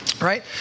right